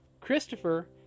Christopher